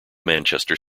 manchester